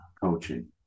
coaching